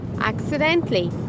Accidentally